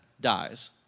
dies